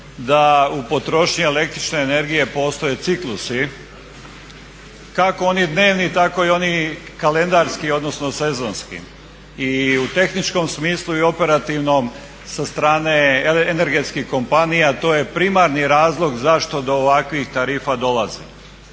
da u potrošnji el.energije postoje ciklusi kako oni dnevni tako i oni kalendarski odnosno sezonski. I u tehničkom smislu i operativnom sa strane energetskih kompanija to je primarni razlog zašto do ovakvih tarifa dolazi.